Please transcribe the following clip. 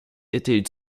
étaient